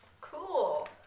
Cool